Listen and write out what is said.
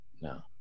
no